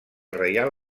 reial